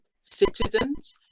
citizens